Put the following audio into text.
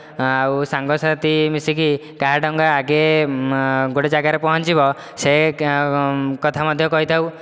ଆଉ ସାଙ୍ଗସାଥୀ ମିସିକି କାହା ଡଙ୍ଗା ଆଗେ ଗୋଟିଏ ଯାଗାରେ ପହଞ୍ଚିବ ସେ କଥା ମଧ୍ୟ କହିଥାଉ